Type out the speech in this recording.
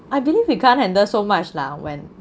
I believe you can't handle so much lah when